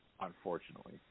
unfortunately